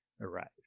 arrived